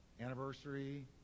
anniversary